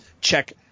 check